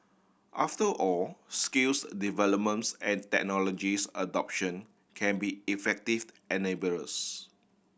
after all skills developments and technologies adoption can be effective enablers